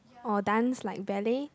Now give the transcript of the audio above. or dance like ballet